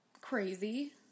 crazy